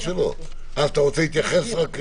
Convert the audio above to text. אתה רוצה להתייחס?